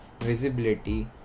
visibility